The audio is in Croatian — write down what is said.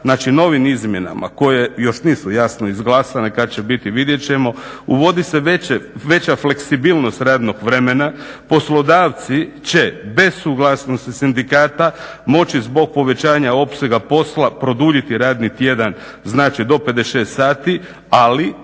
znači novim izmjenama koje još nisu jasno izglasane, kad će biti vidjet ćemo, uvodi se veća fleksibilnost radnog vremena. Poslodavci će bez suglasnosti sindikata moći zbog povećanja opsega posla produljiti radni tjedan znači do 56 sati, ali